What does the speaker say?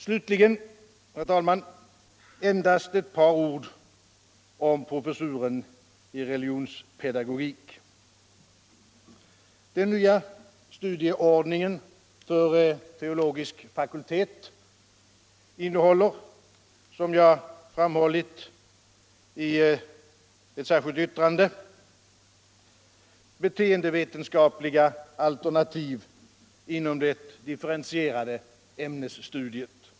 Slutligen, herr talman, vill jag säga endast ett par ord om professuren i religionspedagogik. Den nya studicordningen för teologisk fakultet innehåller, som jag har framhållit i ett särskilt yttrande, beteendevetenskapliga alternativ inom det differentierade ämnesstudiet.